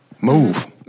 move